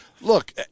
look